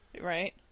right